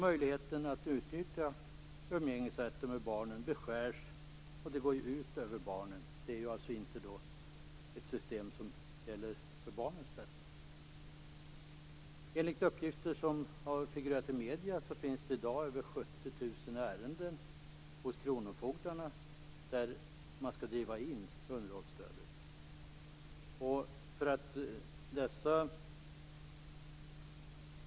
Möjligheten att utnyttja umgängesrätten med barnen beskärs, och det går ju ut över barnen. Det är alltså inte ett system som är till för barnens bästa. Enligt uppgifter som har figurerat i medierna finns det i dag över 70 000 ärenden hos kronofogdarna som handlar om att man skall driva in underhållsstödet.